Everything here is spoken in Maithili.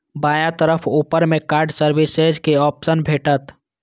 बायां तरफ ऊपर मे कार्ड सर्विसेज के ऑप्शन भेटत